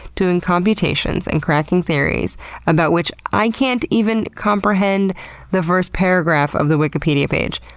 doing computations and cracking theories about which i can't even comprehend the first paragraph of the wikipedia page,